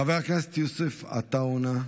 חבר הכנסת יוסף עטאונה.